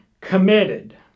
committed